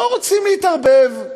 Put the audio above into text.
לא רוצים להתערבב.